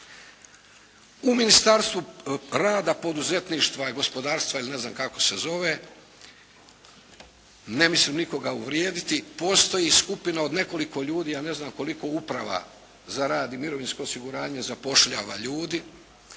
U Ministarstvu rada, poduzetništva i gospodarstva ili ne znam kako se zove, ne mislim nikoga uvrijediti, postoji skupina od nekoliko ljudi, ja ne znam koliko uprava zaradi, mirovinsko osiguranje zapošljava ljudi,